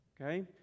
Okay